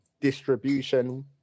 distribution